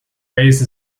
raised